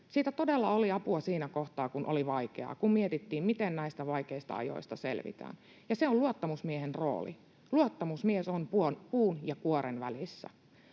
Siitä todella oli apua siinä kohtaa, kun oli vaikeaa, kun mietittiin, miten näistä vaikeista ajoista selvitään, ja se on luottamusmiehen rooli. Luottamusmies on puun ja kuoren välissä.